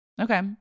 Okay